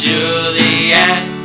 Juliet